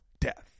death